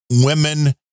women